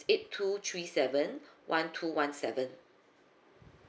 eight two three seven one two one seven